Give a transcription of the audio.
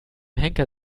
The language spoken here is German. henker